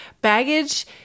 baggage